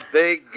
big